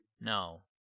no